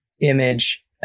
image